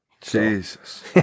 Jesus